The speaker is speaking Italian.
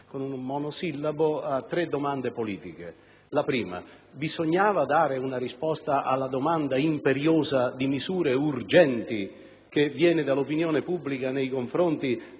con un monosillabo a tre domande politiche. La prima: bisognava dare una risposta alla domanda imperiosa di misure urgenti che viene dall'opinione pubblica nei confronti